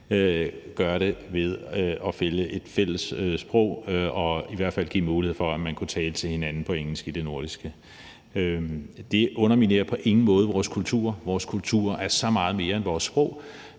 gøre det ved at finde et fælles sprog og i hvert fald give mulighed for, at man kunne tale til hinanden på engelsk i det nordiske. Det underminerer på ingen måde vores kulturer. Vores kulturer er så meget mere end vores sprog,